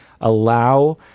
allow